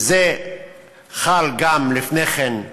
וזה חל גם לפני כן,